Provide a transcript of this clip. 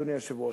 אדוני היושב-ראש.